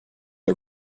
are